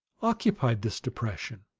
occupied this depression.